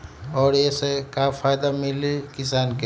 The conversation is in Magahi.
और ये से का फायदा मिली किसान के?